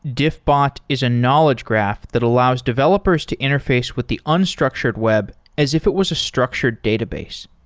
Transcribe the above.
diffbot is a knowledge graph that allows developers to interface with the unstructured web as if it was a structured database.